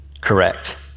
correct